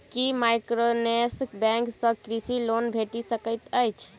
की microfinance bank सँ कृषि loan भेटि सकैत अछि?